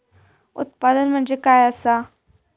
उत्पादन म्हणजे काय असा?